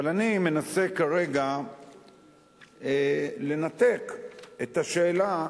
אבל אני מנסה כרגע לנתק את השאלה,